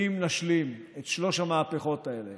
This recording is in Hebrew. אם נשלים את שלוש המהפכות האלה,